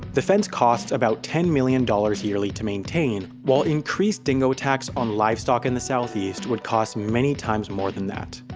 the fence costs about ten million dollars yearly to maintain while increased dingo attacks on livestock in the south-east would cost many times more than that.